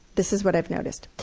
this is what i've noticed.